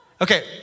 okay